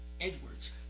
Edwards